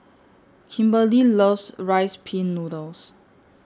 Kimberely loves Rice Pin Noodles